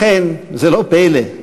לכן זה לא פלא,